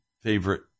favorite